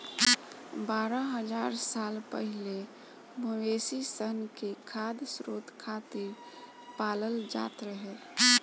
बारह हज़ार साल पहिले मवेशी सन के खाद्य स्रोत खातिर पालल जात रहे